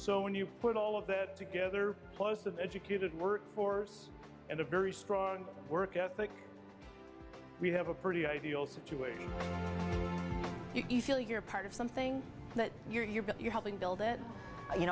so when you put all of that together plus of educated work force and a very strong work ethic we have a pretty ideal situation you feel you're part of something that you're helping build it you